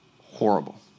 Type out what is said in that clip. horrible